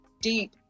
deep